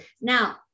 Now